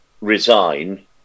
resign